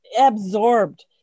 absorbed